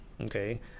okay